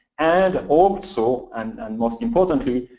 and also, and most importantly,